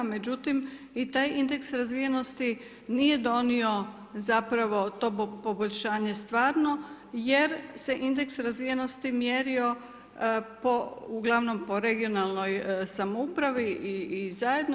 Međutim i taj indeks razvijenosti nije donio zapravo to poboljšanje stvarno jer se indeks razvijenosti mjerio uglavnom po regionalnoj samoupravi i zajedno.